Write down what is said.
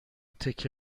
تکه